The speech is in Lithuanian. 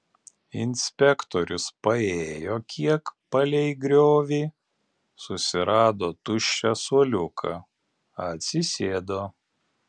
inspektorius paėjo kiek palei griovį susirado tuščią suoliuką atsisėdo